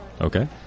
Okay